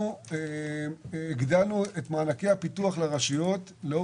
אנחנו הגדלנו את מענקי הפיתוח לרשויות כי אנחנו